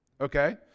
Okay